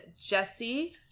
Jesse